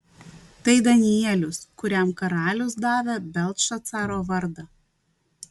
tai danielius kuriam karalius davė beltšacaro vardą